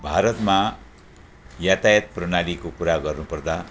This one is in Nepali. भारतमा यातायात प्रणालीको कुरा गर्नुपर्दा